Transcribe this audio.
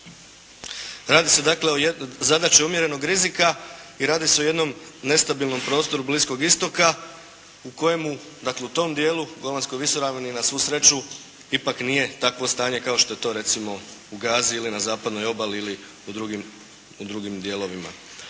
Radi se dakle o jednoj zadaći umjerenog rizika i radi se o jednom nestabilnom prostoru Bliskog Istoka u kojemu dakle, u tom dijelu Golanskoj visoravni na svu sreću ipak nije takvo stanje kao što je to recimo u Gazi ili na zapadnoj obali ili u drugim dijelovima.